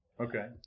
Okay